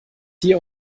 hier